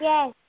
Yes